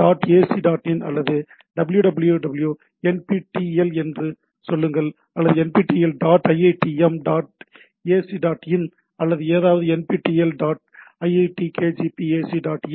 dot ac dot in" அல்லது "www nptel" என்று சொல்லுங்கள் அல்லது "nptel dot iitm dot ac dot in "அல்லது ஏதாவது" nptel dot iit kgp ac dot in "